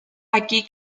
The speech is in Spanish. aquí